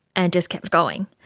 and just kept going.